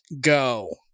go